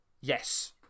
Yes